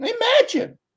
imagine